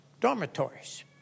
dormitories